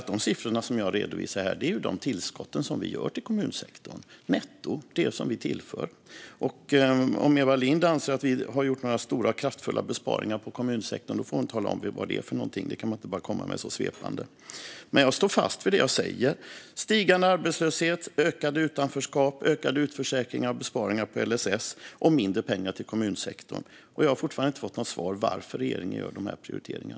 De siffror som jag redovisar här är de tillskott vi gör till kommunsektorn - det som vi tillför netto. Om Eva Lindh anser att vi har gjort några stora besparingar på kommunsektorn får hon tala om vilka det är. Man kan inte bara komma med detta så svepande. Jag står fast vid det jag säger: stigande arbetslöshet, ökande utanförskap, ökade utförsäkringar, besparingar på LSS och mindre pengar till kommunsektorn. Jag har fortfarande inte fått något svar på varför regeringen gör dessa prioriteringar.